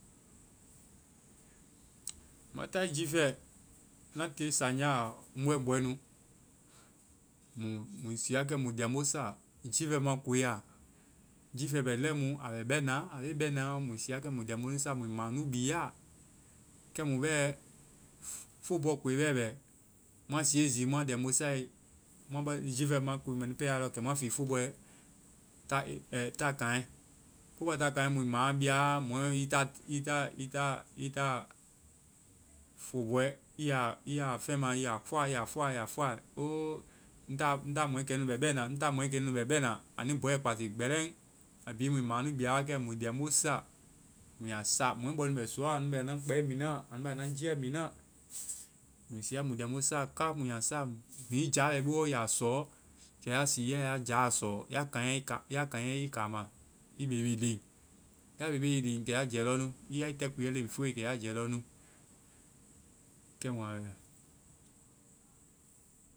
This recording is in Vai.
Ŋma táae jifɛ, na tiie saŋjaɔ, ŋ bɛ ŋ bɔɛnu, mui sii wa kɛ mui liambo sa jiifɛ ma koe ya. Jiiɛ bɛ lɛimu. A bɛ bɛna, a be bɛna. Mui sii wakɛ muiliambo sa, mui maŋ nu bia. Kɛmu bɛ football koe bɛ bɛ. Mua siie zii, mua liambo sae, mua bɔe jiifɛma ko mɛ nu tɛa lɔ, kɛ mua fii football ta taaŋɛ mui maŋ bia, mɔ i ta, i ta, i ta, i ta football i ya fɛma, i ya fɔa, i ya fɔa, i ya fɔa. O, ŋ ta-ŋ ta mɔɛ kɛ nu bɛ bɛna. Ŋ ta mɔɛ kɛ nu bɛ bɛna. Anui bɔiɛ kpasii gbɛlɛn. A bi mui maŋ nu bia wa kɛ. Mui liambo sa. Mui a saa! Mɔɛ bɔ nu bɛ suuɔ. Anu bɛ anua kpɛ mi na, anu bɛ anua jiiɛ mi na. Mui siia, mui liambo saa ka. Hiŋi jaa bɛ i bowɔ, i ya sɔɔ ɔɔ hiŋi ya ya jaa sɔɔ, ya kaŋyae i ka-ya kaŋyae i kaama. bebe leŋ. Ya bebe, kɛ ya jɛ lɔ nu. Y i tɛkuuyɛleŋ fue, ke ya jɛ lɔ nu. Kɛmu a bɛ.